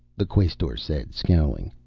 the quaestor said, scowling.